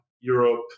Europe